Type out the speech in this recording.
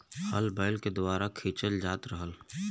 हल बैल के द्वारा खिंचल जात रहल